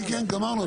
כן, כן, גמרנו.